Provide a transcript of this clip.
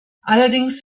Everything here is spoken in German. allerdings